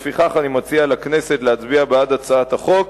לפיכך, אני מציע לכנסת להצביע בעד הצעת החוק